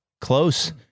close